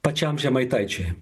pačiam žemaitaičiui